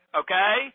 okay